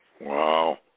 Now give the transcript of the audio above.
Wow